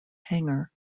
hangar